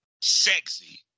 sexy